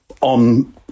on